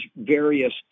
various